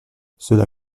cela